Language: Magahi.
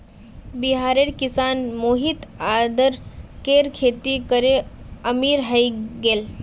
बिहारेर किसान मोहित अदरकेर खेती करे अमीर हय गेले